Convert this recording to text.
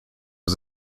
was